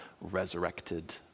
resurrected